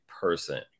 person